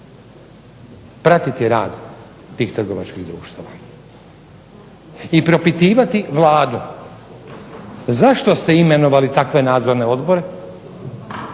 pratiti rad tih trgovačkih društava i propitivati Vladu zašto ste imenovali takve nadzorne odbore